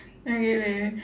okay wait